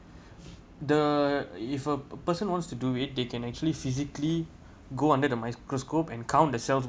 the if a person wants to do it they can actually physically go under the microscope and count the cell